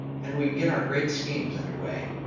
and we get our great schemes under way.